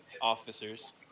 officers